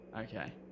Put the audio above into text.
Okay